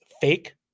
fake